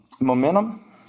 momentum